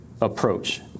approach